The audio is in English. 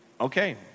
okay